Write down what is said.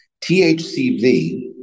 THCV